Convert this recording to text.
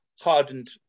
hardened